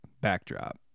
backdrop